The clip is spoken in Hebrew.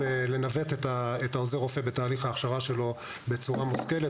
לנווט את עוזר הרופא בתהליך ההכשרה שלו בצורה מושכלת,